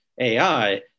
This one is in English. AI